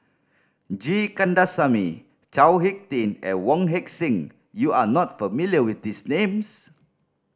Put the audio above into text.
G Kandasamy Chao Hick Tin and Wong Heck Sing you are not familiar with these names